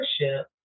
leadership